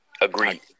Agreed